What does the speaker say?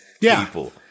people